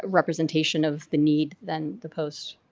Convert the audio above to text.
representation of the need than the post.